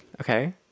okay